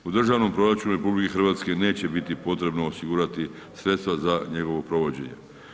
U državnom proračunu RH neće biti potrebno osigurati sredstva za njegovo provođenje.